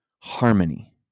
harmony